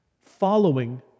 following